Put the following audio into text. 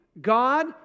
God